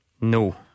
No